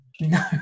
No